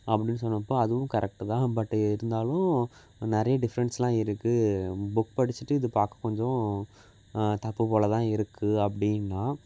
அப்படின்னு சொன்னப்போ அதுவும் கரெக்டு தான் பட்டு இருந்தாலும் நிறைய டிஃப்ரென்ஸ்லாம் இருக்குது புக் படிச்சிட்டு இது பார்க்க கொஞ்சம் தப்பு போல் தான் இருக்குது அப்படின்னா